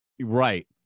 Right